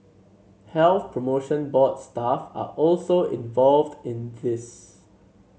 Health Promotion Board staff are also involved in this